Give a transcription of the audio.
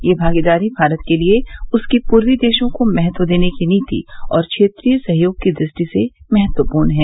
ये भागीदारी भारत के लिए उसकी पूर्वी देशों को महत्व देने की नीति और क्षेत्रीय सहयोग की दृष्टि से महत्वपूर्ण है